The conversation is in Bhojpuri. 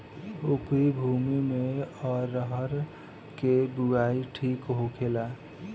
उपरी भूमी में अरहर के बुआई ठीक होखेला?